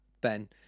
ben